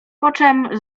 poczem